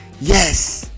yes